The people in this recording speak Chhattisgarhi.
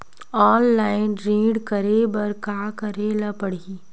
ऑनलाइन ऋण करे बर का करे ल पड़हि?